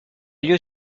lieu